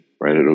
Right